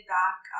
back